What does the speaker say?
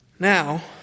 Now